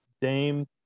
Dame